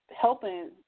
helping